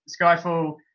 Skyfall